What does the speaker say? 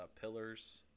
pillars